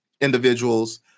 individuals